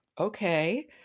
Okay